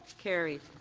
carried.